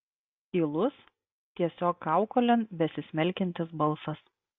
tylus tiesiog kaukolėn besismelkiantis balsas